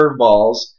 curveballs